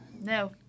no